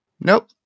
Nope